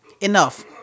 enough